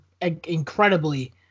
incredibly